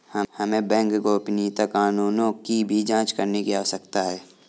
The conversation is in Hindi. हमें बैंक गोपनीयता कानूनों की भी जांच करने की आवश्यकता है